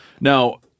Now